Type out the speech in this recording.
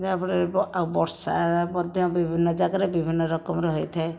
ଯାହା ଫଳରେ ଆଉ ବର୍ଷା ମଧ୍ୟ ବିଭିନ୍ନ ଯାଗାରେ ବିଭିନ୍ନ ରକମର ହୋଇଥାଏ